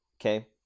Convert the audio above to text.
okay